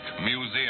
Museum